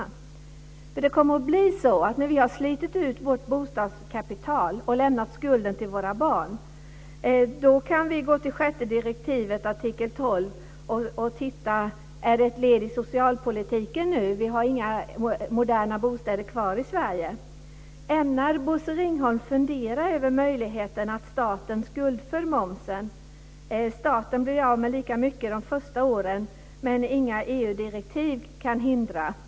Det kommer nämligen att bli så att när vi har slitit ut vårt bostadskapital och lämnat skulden till våra barn så kan vi gå till sjätte direktivet, artikel 12, och titta efter om det då är ett led i socialpolitiken eftersom vi inte har några moderna bostäder kvar i Sverige. Ämnar Bosse Ringholm fundera över möjligheten att staten skuldför momsen? Staten blir av med lika mycket de första åren, men inga EU-direktiv kan hindra detta.